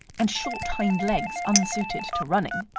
and short hind legs unsuited to running.